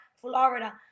Florida